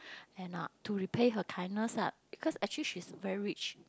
and uh to repay her kindness ah because actually she is very rich